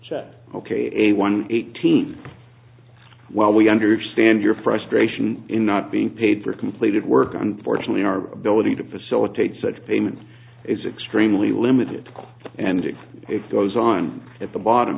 set ok a one eighteen well we understand your frustration in not being paid for completed work unfortunately our ability to posole take such payments is extremely limited and it goes on at the bottom